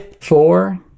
four